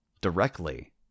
Directly